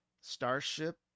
Starship